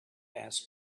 asked